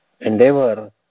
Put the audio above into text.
endeavor